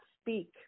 speak